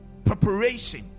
preparation